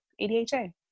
ADHA